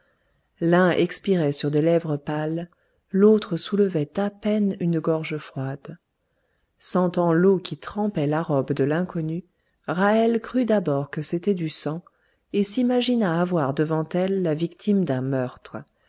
l'un expirait sur des lèvres pâles l'autre soulevait à peine une gorge froide sentant l'eau qui trempait la robe de l'inconnue ra'hel crut d'abord que c'était du sang et s'imagina avoir devant elle la victime d'un meurtre